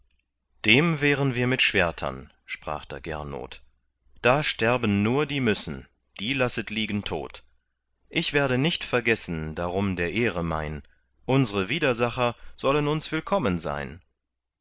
dem wehren wir mit schwertern sprach da gernot da sterben nur die müssen die lasset liegen tot ich werde nicht vergessen darum der ehre mein unsre widersacher sollen uns willkommen sein